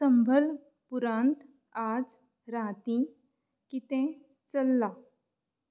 संभलपुरांत आज रातीं कितें चल्लां